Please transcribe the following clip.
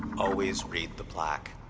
always read the plaque